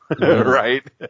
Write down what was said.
right